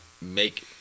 Make